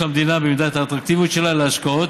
המדינה ובמידת האטרקטיביות שלה להשקעות,